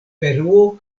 peruo